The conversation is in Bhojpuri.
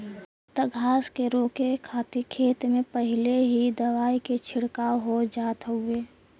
अब त घास के रोके खातिर खेत में पहिले ही दवाई के छिड़काव हो जात हउवे